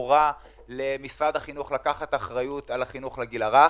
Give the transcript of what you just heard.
הורה למשרד החינוך לקחת אחריות על החינוך לגיל הרך.